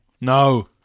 No